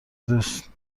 دوست